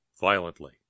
violently